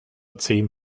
zehn